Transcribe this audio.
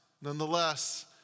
nonetheless